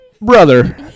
brother